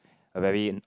a very